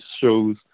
shows